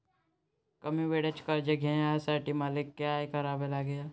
कमी वेळेचं कर्ज घ्यासाठी मले का करा लागन?